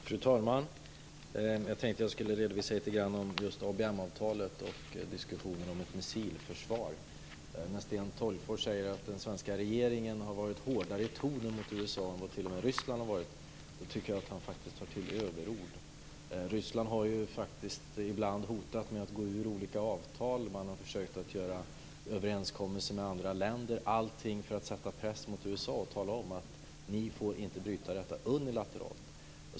Fru talman! Jag tänkte redovisa lite grann om ABM-avtalet och diskussionerna om ett missilförsvar. När Sten Tolgfors säger att den svenska regeringen varit hårdare i tonen mot USA än vad t.o.m. Ryssland har varit tycker jag att han tar till överord. Ryssland har faktiskt ibland hotat med att gå ur olika avtal. Man har försökt träffa överenskommelser med andra länder, allt för att sätta press gentemot USA och säga: Ni får inte bryta detta unilateralt.